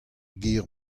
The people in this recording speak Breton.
ger